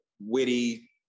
witty